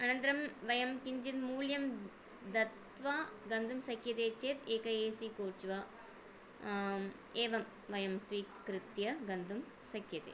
अनन्तरं वयं किञ्चित् मूल्यं दत्वा गन्तुं शक्यते चेत् एकम् एसि कोच् वा एवं वयं स्वीकृत्य गन्तुं शक्यते